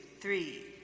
three